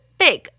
big